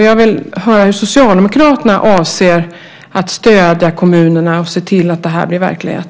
Jag vill höra hur Socialdemokraterna avser att stödja kommunerna och se till att det här blir verklighet.